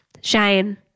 Shane